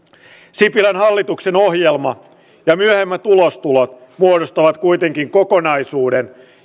sipilän hallituksen ohjelma ja myöhemmät ulostulot muodostavat kuitenkin kokonaisuuden